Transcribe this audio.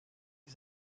die